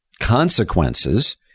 consequences